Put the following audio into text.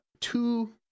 two